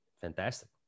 Fantastic